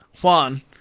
Juan